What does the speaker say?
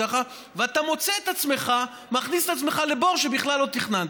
ואתה מוצא את עצמך מכניס את עצמך לבור שבכלל לא תכננת.